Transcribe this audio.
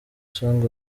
song